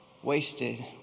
Wasted